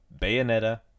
Bayonetta